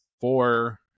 four